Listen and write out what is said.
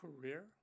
career